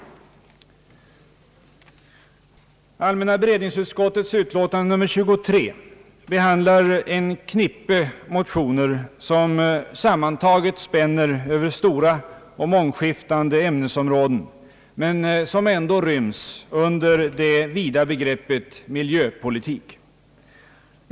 Allmänna beredningsutskottets utlåtande nr 23 behandlar en knippe motioner, som sammantaget spänner Över stora och mångskiftande ämnesområden men som ändå ryms under det vida begreppet miljöpolitik.